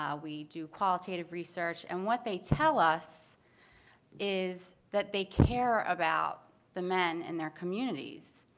um we do qualitative research. and what they tell us is that they care about the men in their communities,